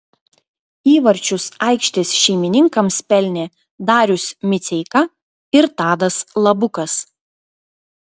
įvarčius aikštės šeimininkams pelnė darius miceika ir tadas labukas